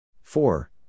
four